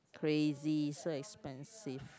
crazy so expensive